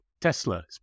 Tesla